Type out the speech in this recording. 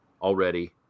already